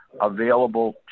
available